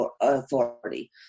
authority